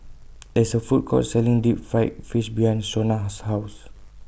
There IS A Food Court Selling Deep Fried Fish behind Shona's House